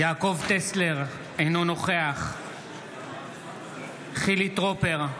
טסלר, אינו נוכח חילי טרופר,